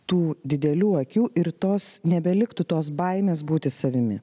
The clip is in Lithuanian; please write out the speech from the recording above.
tų didelių akių ir tos nebeliktų tos baimės būti savimi